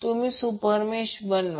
तुम्ही सुपेरमेश बनवा